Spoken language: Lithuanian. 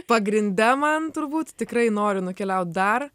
pagrinde man turbūt tikrai noriu nukeliaut dar